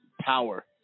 power